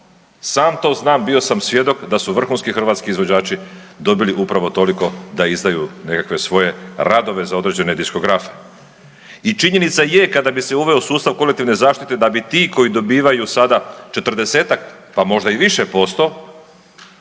Sam to znam, bio sam svjedok da su vrhunski hrvatski izvođači dobili upravo toliko da izdaju nekakve svoje radove za određene diskografe i činjenica je, kada bi se uveo sustav kolektivne zaštite, da bi ti koji dobivaju sada 40-ak, pa možda i više posto,